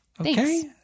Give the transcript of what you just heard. Okay